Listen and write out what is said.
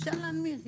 אפשר להנמיך,